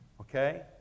Okay